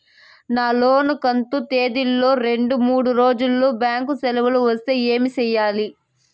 నా లోను కంతు తేదీల లో రెండు మూడు రోజులు బ్యాంకు సెలవులు వస్తే ఏమి సెయ్యాలి?